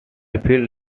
feel